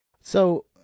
So-